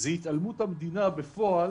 התעלמות המדינה בפועל